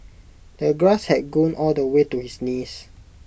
the grass had grown all the way to his knees